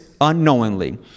unknowingly